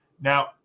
Now